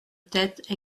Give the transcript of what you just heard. tête